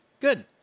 Good